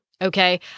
Okay